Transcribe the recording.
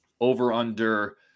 over-under